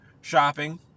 shopping